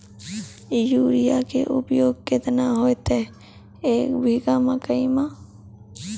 Urea के उपयोग केतना होइतै, एक बीघा मकई मे?